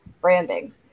branding